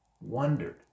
wondered